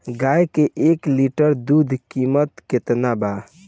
गाय के एक लीटर दूध कीमत केतना बा?